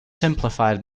simplified